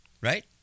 Right